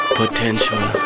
potential